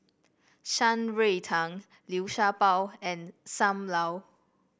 Shan Rui Tang Liu Sha Bao and Sam Lau